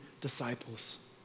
disciples